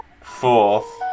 fourth